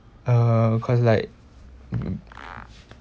uh cause like